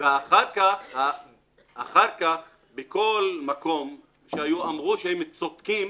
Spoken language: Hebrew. ואחר כך בכל מקום אמרו שהם צודקים